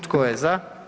Tko je za?